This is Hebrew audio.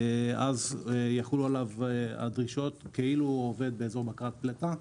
אז יחולו עליו הדרישות כאילו הוא עובד באזור בקרת פלטה,